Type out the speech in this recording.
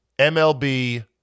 MLB